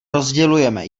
rozdělujeme